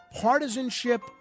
partisanship